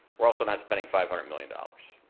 we're also not spending five hundred million dollars.